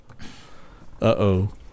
Uh-oh